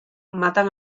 matan